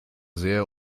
sehr